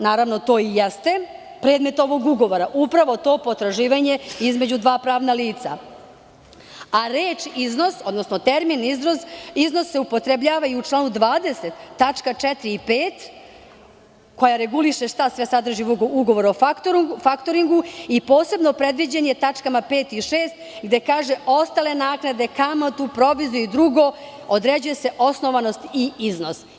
Naravno, to i jeste predmet ovog ugovora, upravo to potraživanje između dva pravna lica, a termin: "iznos" se upotrebljava i u članu 20. tačke 4) i 5), koje regulišu šta sve sadrži ugovor o faktoringu i posebno je predviđen tačkama 5) i 6) gde se kaže da ostale naknade, kamatu, proviziju i drugo, određuju osnovanost i iznos.